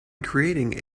creating